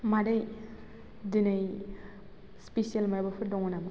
मादै दिनै स्फिसेल मायबाफोर दं नामा